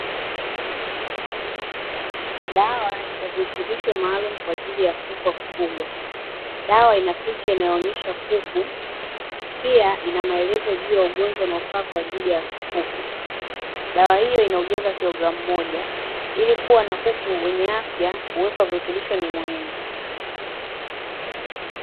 Dawa ya virutubisho maalumu kwa ajili ya kuku wa kufugwa, dawa ina picha inayoonyesha kuku, pia ina maelezo juu ya ugonjwa unaofaa kwa ajili ya kuku, dawa hiyo inaujazo wa kilogramu moja. Ili kuwa na kuku wenye afya uwepo wa virutubisho ni muhimu.